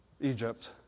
Egypt